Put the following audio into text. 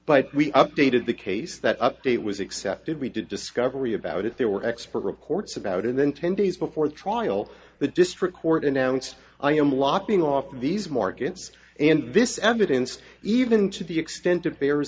but we updated the case that update was accepted we did discovery about it there were expert reports about it and then ten days before the trial the district court announced i am locking off these markets and this evidence even to the exten